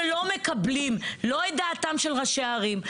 שלא מקבלים לא את דעתם של ראשי הערים,